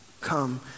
Come